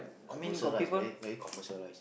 commercialised very very commercialised